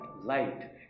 Light